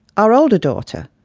our older daughter,